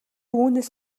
үүнээс